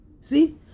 see